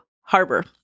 harbor